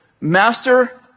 Master